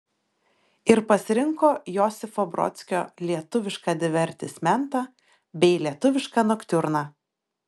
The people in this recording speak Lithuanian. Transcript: ir pasirinko josifo brodskio lietuvišką divertismentą bei lietuvišką noktiurną